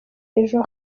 ejo